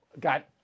got